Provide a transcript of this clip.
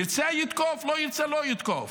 ירצה, יתקף, לא ירצה, לא יתקף.